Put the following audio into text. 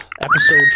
episode